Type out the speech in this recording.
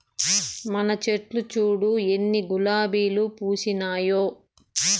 మన చెట్లు చూడు ఎన్ని గులాబీలు పూసినాయో